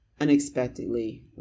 unexpectedly